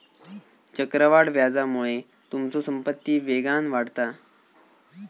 चक्रवाढ व्याजामुळे तुमचो संपत्ती वेगान वाढता